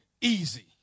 easy